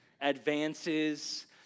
advances